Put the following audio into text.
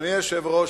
אדוני היושב-ראש,